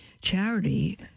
Charity